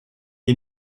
est